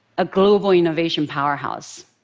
a global innovation powerhouse.